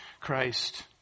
Christ